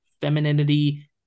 femininity